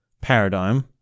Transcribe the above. paradigm